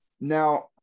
now